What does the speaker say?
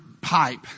pipe